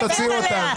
תודה רבה.